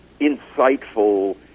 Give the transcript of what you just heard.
insightful